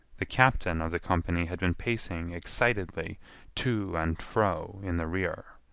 the captain of the company had been pacing excitedly to and fro in the rear.